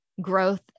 growth